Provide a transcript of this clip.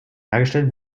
hergestellt